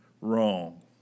wrong